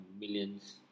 Millions